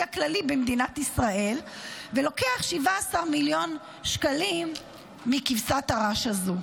הכללי במדינת ישראל ולוקח 17 מיליון שקלים מכבשת הרש הזאת.